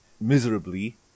miserably